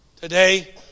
today